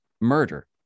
murder